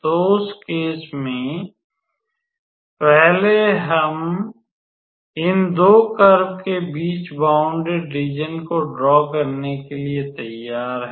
तो उस केस में पहले अब हम इन 2 कर्व के बीच बौंडेड रीज़न को ड्रॉ करने के लिए तैयार हैं